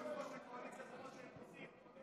שאין לכם רשות מאף אחד.